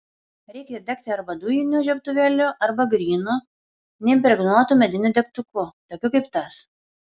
reikia degti arba dujiniu žiebtuvėliu arba grynu neimpregnuotu mediniu degtuku tokiu kaip tas